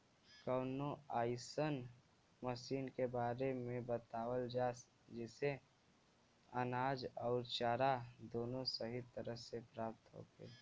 कवनो अइसन मशीन के बारे में बतावल जा जेसे अनाज अउर चारा दोनों सही तरह से प्राप्त होखे?